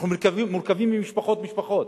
אנחנו מורכבים ממשפחות-משפחות.